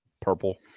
purple